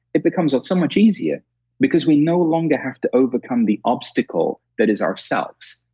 it becomes um so much easier because we no longer have to overcome the obstacle that is ourselves,